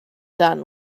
done